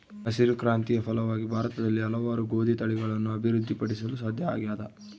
ಹಸಿರು ಕ್ರಾಂತಿಯ ಫಲವಾಗಿ ಭಾರತದಲ್ಲಿ ಹಲವಾರು ಗೋದಿ ತಳಿಗಳನ್ನು ಅಭಿವೃದ್ಧಿ ಪಡಿಸಲು ಸಾಧ್ಯ ಆಗ್ಯದ